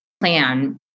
plan